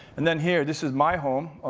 and then here, this is my home.